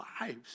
lives